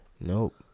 Nope